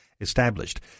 established